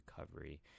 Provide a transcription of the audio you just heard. recovery